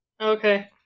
Okay